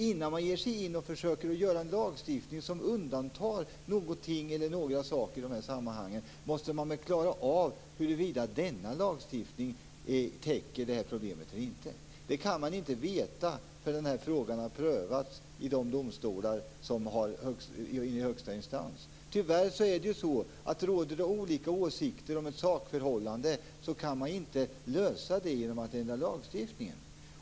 Innan man ger sig in på lagstiftningen och får en lag som undantar någonting eller några saker i sammanhanget måste man klara av huruvida denna lagstiftning täcker området eller inte. Det kan man inte veta innan frågan har prövats i en högsta instans. Om det råder olika åsikter om ett sakförhållande kan man inte lösa problemet genom att ändra lagstiftningen.